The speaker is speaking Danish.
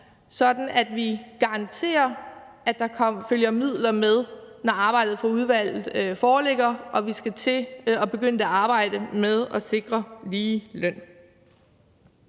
sådan at vi garanterer, at der følger midler med, når arbejdet fra udvalget foreligger og vi skal til at begynde arbejdet med at sikre ligeløn.